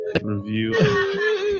review